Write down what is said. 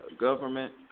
Government